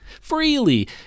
freely